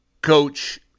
coach